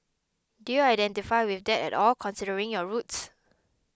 do you identify with that at all considering your roots